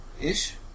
Ish